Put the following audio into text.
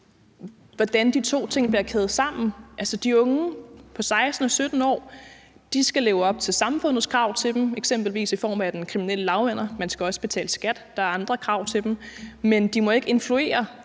hvordan de to ting bliver kædet sammen. De unge på 16 og 17 år skal leve op til samfundets krav til dem, eksempelvis i forhold til den kriminelle lavalder – de skal også betale skat, og der er andre krav til dem – men de må ikke influere